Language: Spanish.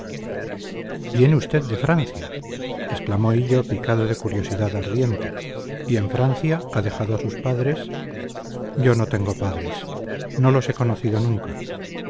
viene usted de francia exclamó hillo picado de curiosidad ardiente y en francia ha dejado a sus padres yo no tengo padres no los he conocido nunca